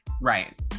Right